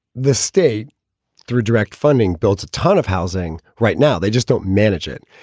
the state through direct funding builds a ton of housing. right now, they just don't manage it.